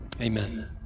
Amen